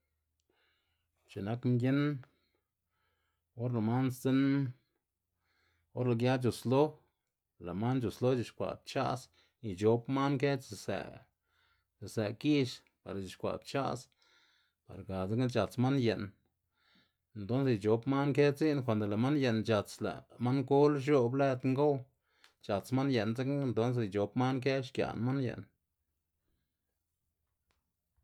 X̱i'k nak mginn or lë' man sdzinn or lë' gia c̲h̲uslo, lë' man c̲h̲uslo c̲h̲uxkwa' pcha's ic̲h̲op man kë c̲h̲isë' c̲h̲isë' gix para c̲h̲uskwa' pcha's, par ga dzekna c̲h̲ats man yë'n, entonse ic̲h̲op man kë dzi'n konde lë' man yë'n c̲h̲ats lë' man gol x̱o'b lëd ngow c̲h̲ats man yë'n dzekna entonse ic̲h̲op man kë xgia'n man ye'n.